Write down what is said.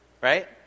right